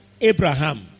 Abraham